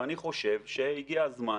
ואני חושב שהגיע הזמן,